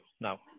now